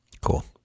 cool